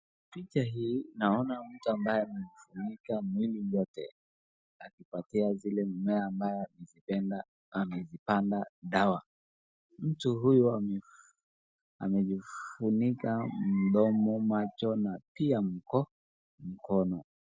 Picha hii naona mtu ambaye amefunika mwili yote akipatia mimea ambayo amezipanda dawa. Mtu huyu amejifunika mdomo macho na pia mkono.